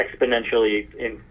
exponentially